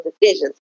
decisions